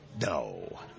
No